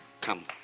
come